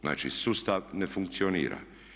Znači sustav ne funkcionira.